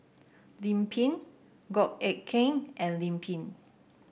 Lim Pin Goh Eck Kheng and Lim Pin